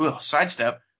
sidestep